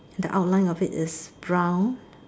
the outline of it is brown